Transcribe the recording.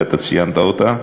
וציינת אותה,